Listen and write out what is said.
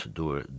door